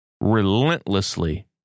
relentlessly